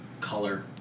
color